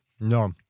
No